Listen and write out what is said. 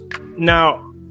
Now